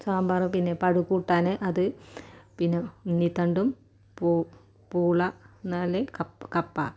സാമ്പാർ പിന്നെ പഴുകൂട്ടാൻ അത് പിന്നെ ഉണ്ണിത്തണ്ടും പൂള എന്നാൽ കപ്പ